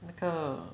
那个